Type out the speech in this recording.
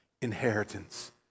inheritance